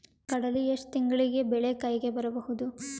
ಕಡಲಿ ಎಷ್ಟು ತಿಂಗಳಿಗೆ ಬೆಳೆ ಕೈಗೆ ಬರಬಹುದು?